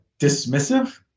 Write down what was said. dismissive